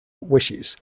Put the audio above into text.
wishes